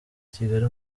kigali